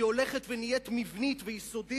שהולכת ונהיית מבנית ויסודית,